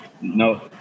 no